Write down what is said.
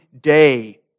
day